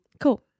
Cool